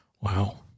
Wow